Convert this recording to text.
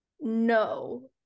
no